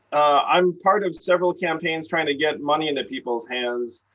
i'm part of several campaigns trying to get money into people's hands.